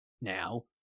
now